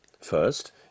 First